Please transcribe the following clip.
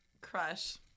crush